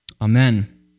Amen